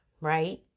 right